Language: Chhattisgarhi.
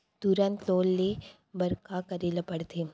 तुरंत लोन ले बर का करे ला पढ़थे?